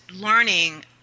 learning